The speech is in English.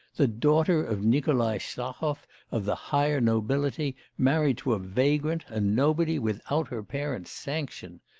the daughter of nikolai stahov of of the higher nobility married to a vagrant, a nobody, without her parents' sanction!